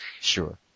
Sure